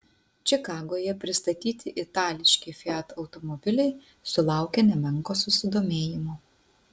čikagoje pristatyti itališki fiat automobiliai sulaukė nemenko susidomėjimo